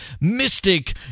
mystic